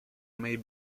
may